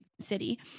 city